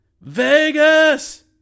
VEGAS